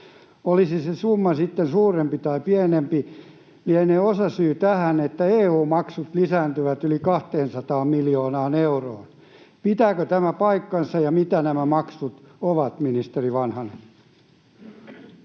Oli se summa sitten suurempi tai pienempi, se lienee osasyy tähän, että EU-maksut lisääntyvät yli 200 miljoonaan euroon. Pitääkö tämä paikkansa, ja mitä nämä maksut ovat, ministeri Vanhanen?